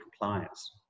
compliance